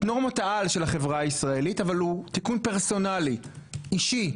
נורמת העל של החברה הישראלית אבל הוא תיקון פרסונלי אישי,